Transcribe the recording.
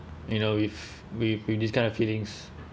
you know with with with this kind of feelings